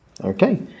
okay